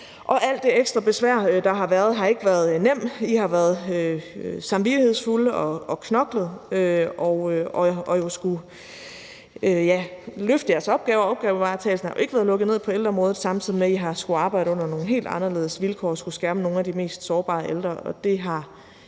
alt det ekstra besvær, der har været, har ikke været nem. I har været samvittighedsfulde og knoklet og har jo også skullet løfte jeres opgaver – opgavevaretagelsen har jo ikke været lukket ned på ældreområdet – samtidig med at I har skullet arbejde under nogle helt anderledes vilkår og skullet skærme nogle af de mest sårbare ældre.